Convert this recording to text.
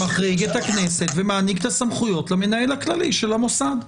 מחריג את הכנסת ומעניק את הסמכויות למנהל הכללי של המוסד.